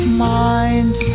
mind